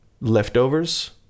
leftovers